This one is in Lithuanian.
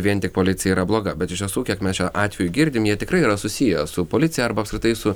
vien tik policija yra bloga bet iš tiesų kiek mes čia atvejų girdim jie tikrai yra susiję su policija arba apskritai su